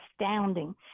astounding